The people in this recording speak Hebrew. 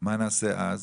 מה נעשה אז?